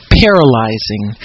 paralyzing